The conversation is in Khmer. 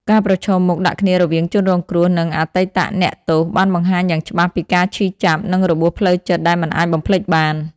ការប្រឈមមុខដាក់គ្នារវាងជនរងគ្រោះ និងអតីតអ្នកទោសបានបង្ហាញយ៉ាងច្បាស់ពីការឈឺចាប់ និងរបួសផ្លូវចិត្តដែលមិនអាចបំភ្លេចបាន។